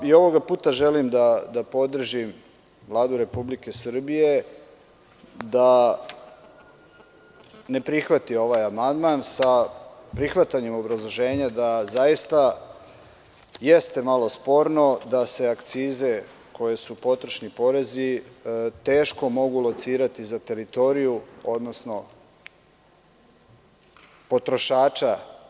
I ovoga puta želim da podržim Vladu Republike Srbije da ne prihvati ovaj amandman sa prihvatanjem obrazloženja da zaista jeste malo sporno da se akcize koje su potrošni porezi teško mogu locirati za teritoriju, odnosno potrošača.